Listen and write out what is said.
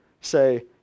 say